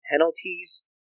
penalties